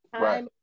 right